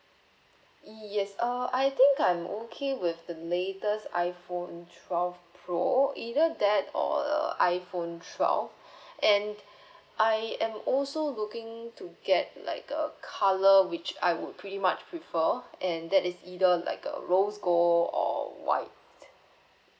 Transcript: yes uh I think I'm okay with the latest iPhone twelve pro either that or err iPhone twelve and I'm also looking to get like a colour which I would pretty much prefer and that is either like a rose gold or white